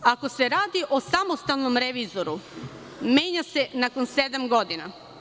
Ako se radi o samostalnom revizoru, menja se nakon sedam godina.